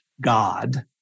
God